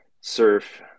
surf